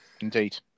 Indeed